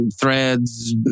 Threads